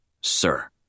sir